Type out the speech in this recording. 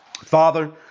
Father